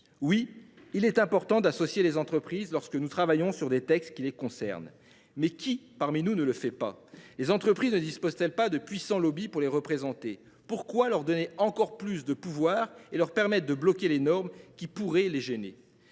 Il est important d’associer les entreprises lorsque nous travaillons sur des textes qui les concernent, mais qui parmi nous ne le fait pas ? Les entreprises ne disposent elles pas de puissants lobbys pour les représenter ? Pourquoi leur donner encore plus de pouvoir et leur permettre de bloquer les normes qui pourraient les gêner ?